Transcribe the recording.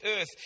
earth